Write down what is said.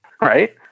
Right